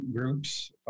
groups